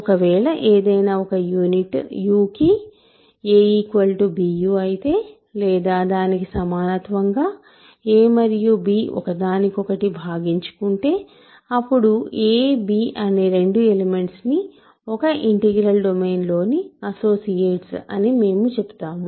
ఒకవేళ ఏదయినా ఒక యూనిట్ u కి a bu అయితే లేదా దానికి సమానత్వంగా a మరియు b ఒకదానికొకటి భాగించుకుంటే అప్పుడు a b అనే రెండు ఎలిమెంట్స్ ని ఒక ఇంటిగ్రల్ డొమైన్లోని అసోసియేట్స్ అని మేము చెబుతాము